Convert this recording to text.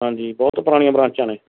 ਹਾਂਜੀ ਬਹੁਤ ਪੁਰਾਣੀਆਂ ਬਰਾਂਚਾਂ ਨੇ